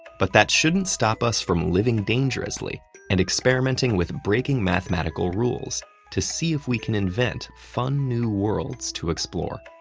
but that shouldn't stop us from living dangerously and experimenting with breaking mathematical rules to see if we can invent fun, new worlds to explore.